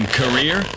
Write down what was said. career